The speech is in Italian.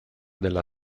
della